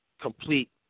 complete